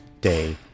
day